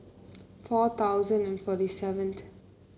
four thousand and forty seventh